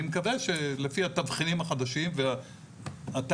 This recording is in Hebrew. אני מקווה שלפי התבחינים החדשים ותהליך